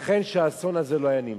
ייתכן שהאסון הזה לא היה נמנע.